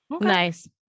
nice